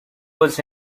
was